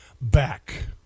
back